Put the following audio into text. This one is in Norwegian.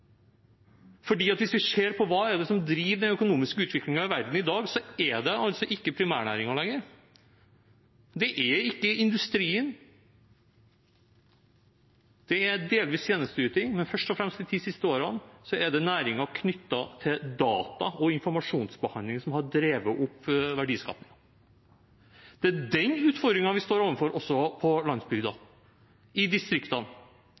Hvis vi ser på hva som driver den økonomiske utviklingen i verden i dag, er det ikke lenger primærnæringene, og det er ikke industrien. Det er delvis tjenesteyting, men først og fremst de ti siste årene er det næringer knyttet til data- og informasjonsbehandling som har drevet opp verdiskapingen. Det er den utfordringen vi står overfor også på landsbygda, i distriktene.